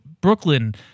Brooklyn